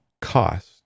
cost